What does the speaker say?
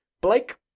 Blake